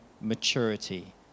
maturity